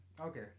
okay